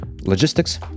logistics